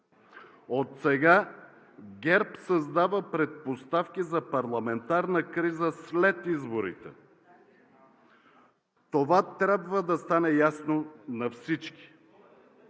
Отсега ГЕРБ създава предпоставки за парламентарна криза след изборите. Това трябва да стане ясно на всички.